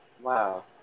Wow